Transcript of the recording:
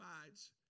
provides